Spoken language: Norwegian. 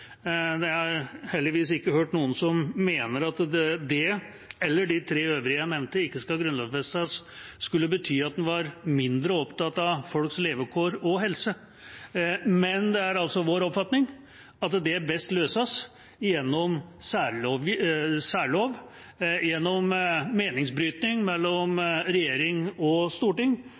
heldigvis ikke hørt noen som mener at det at det – eller de tre øvrige jeg nevnte – ikke skal grunnlovfestes, skulle bety at en var mindre opptatt av folks levekår og helse, men det er altså vår oppfatning at det best løses gjennom særlov, gjennom meningsbrytning mellom regjering og storting,